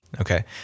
Okay